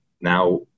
now